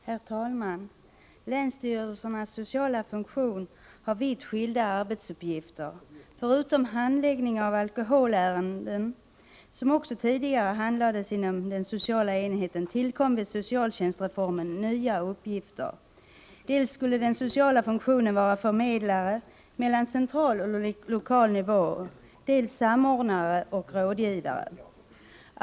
Herr talman! Länsstyrelsernas sociala funktion har vitt skilda arbetsuppgifter. Förutom handläggningen av alkoholärenden, som också tidigare sköttes inom den sociala enheten, tillkom vid socialtjänstsreformen nya uppgifter. Den sociala funktionen skulle dels vara förmedlare mellan central och lokal nivå, dels vara samordnare och rådgivare.